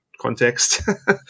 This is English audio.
context